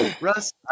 Russ